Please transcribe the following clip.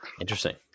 Interesting